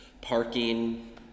parking